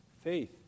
faith